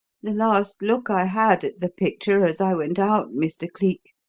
the last look i had at the picture as i went out, mr. cleek,